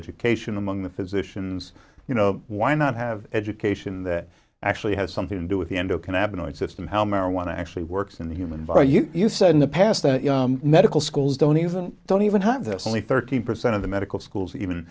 education among the physicians you know why not have education that actually has something to do with the endo can add benoit system how marijuana actually works in the human value you said in the past that medical schools don't even don't even have this only thirteen percent of the medical schools even